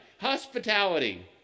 hospitality